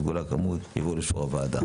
סגולה כאמור יובאו לאישור הוועדה".